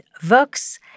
Vox